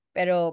Pero